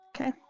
Okay